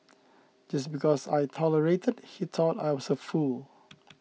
just because I tolerated he thought I was a fool